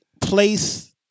place